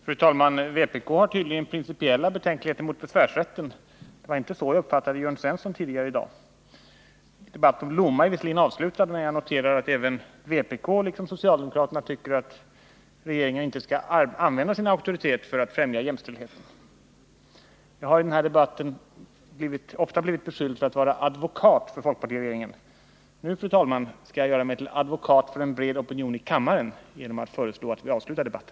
Fru talman! Vpk har tydligen principiella betänkligheter mot besvärsrätten. Det var inte så jag uppfattade Jörn Svensson tidigare i dag. Debatten om tillsättningen av skoldirektörstjänst i Lomma är visserligen avslutad, men jag noterar att vpk liksom socialdemokraterna tycker att regeringen inte skall använda sin auktoritet till att främja jämställdhet. 117 Jag har i den här debatten ofta blivit beskylld för att vara advokat för folkpartiregeringen. Nu, fru talman, skall jag göra mig till advokat för en bred opinion i kammaren genom att föreslå att vi avslutar debatten.